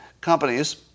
Companies